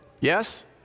Yes